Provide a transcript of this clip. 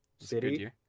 city